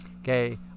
Okay